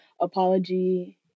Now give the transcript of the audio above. apology